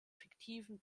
fiktiven